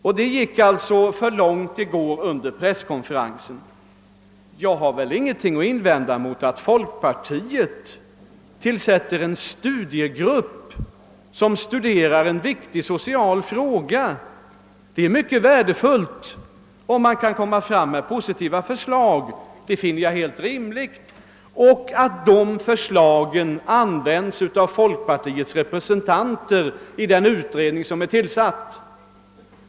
Man gick alltså för långt i går under presskonferensen. Jag har naturligtvis ingenting att invända mot att folkpartiet tillsätter en studiegrupp som studerar en viktig social fråga. Det är mycket värdefullt, om man kan framlägga positiva förslag — det finner jag helt rimligt — och att de förslagen användes av folkpartiets representanter i den utredning som är tillsatt.